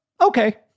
Okay